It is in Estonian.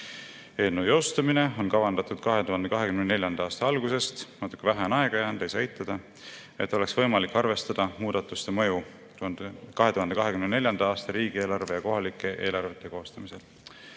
arvelt. Eelnõu jõustumine on kavandatud 2024. aasta algusesse – natuke vähe aega on jäänud, ei saa eitada –, et oleks võimalik arvestada muudatuste mõju 2024. aasta riigieelarve ja kohalike eelarvete koostamisel.